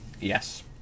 Yes